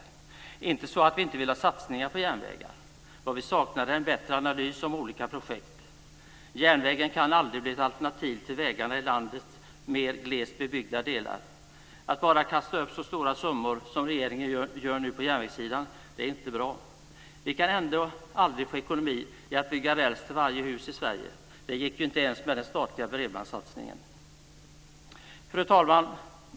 Det är inte så att vi inte vill ha satsningar på järnvägar. Vad vi saknar är en bättre analys av olika projekt. Järnvägen kan aldrig bli ett alternativ till vägarna i landets mer glest bebyggda delar. Att bara kasta fram så stora summor som regeringen nu gör på järnvägssidan är inte bra. Vi kan ändå aldrig få ekonomi i att bygga räls till varje hus i Sverige. Det gick inte ens med den statliga bredbandssatsningen. Fru talman!